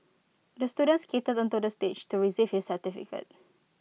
the student skated onto the stage to receive his certificate